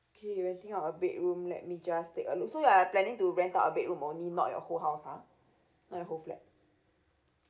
okay renting out a bedroom let me just take a look so you're planning to rent out a bedroom only not your whole house ha not your whole flat